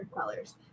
colors